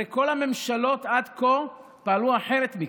הרי כל הממשלות עד כה פעלו אחרת מכם.